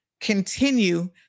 continue